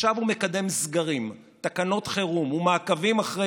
עכשיו הוא מקדם סגרים, תקנות חירום ומעקבים אחרי